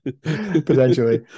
potentially